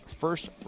first